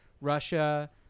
Russia